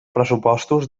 pressupostos